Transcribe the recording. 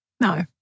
No